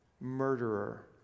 murderer